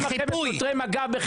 במדינת ישראל,